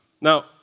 Now